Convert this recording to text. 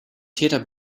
täter